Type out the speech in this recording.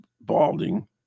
balding